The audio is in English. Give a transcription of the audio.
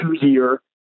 two-year